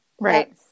Right